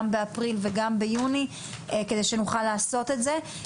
באפריל וגם ביוני כדי שנוכל לעשות את זה.